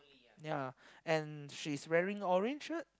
ya and she's wearing orange shirt